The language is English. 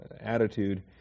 attitude